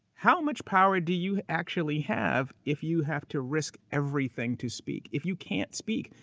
how much power do you actually have if you have to risk everything to speak? if you can't speak,